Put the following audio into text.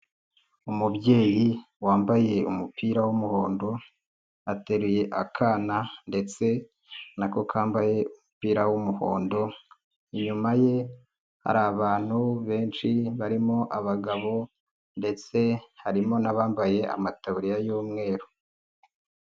Umubyeyi wambaye umupira w'umuhondo ateruye akana ndetse nako kambaye umupira w'umuhondo, inyuma ye hari abantu benshi barimo abagabo ndetse harimo n'abambaye amataburiya y'umweru.